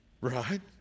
Right